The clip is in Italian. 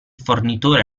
fornitore